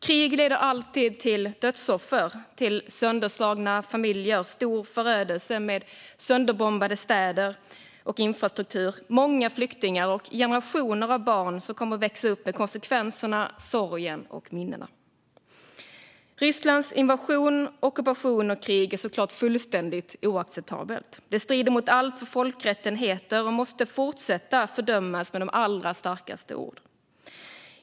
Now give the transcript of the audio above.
Krig leder alltid till dödsoffer, sönderslagna familjer, stor förödelse med sönderbombade städer och infrastruktur, många flyktingar och generationer av barn som kommer att växa upp med konsekvenserna, sorgen och minnena. Rysslands invasion, ockupation och krig är såklart fullständigt oacceptabelt. Det strider mot allt vad folkrätt heter och måste fortsätta att fördömas med de allra starkaste ord.